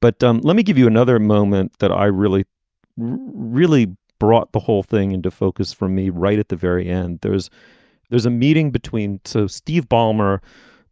but um let me give you another moment that i really really brought the whole thing into focus for me right at the very end there's there's a meeting between so steve ballmer